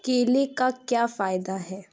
کیلے کا کیا فائدہ ہے